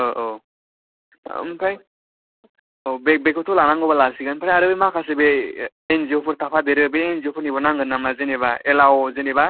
औ औ ओमफाय औ बेखौथ' लानांगौबा लासिगोन ओमफाय आरो माखासे बे एन जि अ फोर थाफादेरो बे एन जि अ फोरनिबो नांगोन नामा जेनोबा एलव जेनोबा